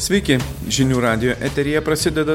sveiki žinių radijo eteryje prasideda